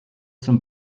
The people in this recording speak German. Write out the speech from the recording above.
zum